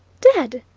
dead!